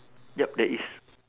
yup there is